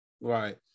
Right